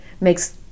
makes